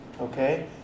Okay